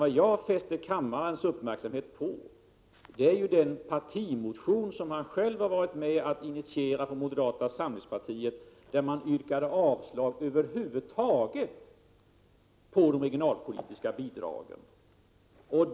Det jag fäste kammarens uppmärksamhet på var den partimotion från moderata samlingspartiet som han själv har varit med om att initiera och där man yrkade avslag över huvud taget på de regionalpolitiska bidragen.